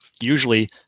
usually